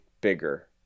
bigger